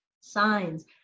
signs